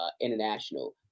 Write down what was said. international